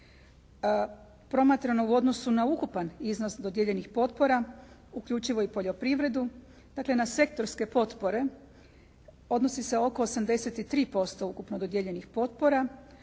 Promatrano u odnosu na ukupan iznos dodijeljenih potpora uključivo i poljoprivredu, dakle na sektorske potpore, odnosi se oko 83% ukupno dodijeljenih potpora